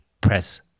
press